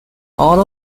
all